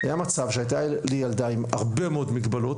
היה מצב שהייתה לי ילדה עם הרבה מאוד מגבלות,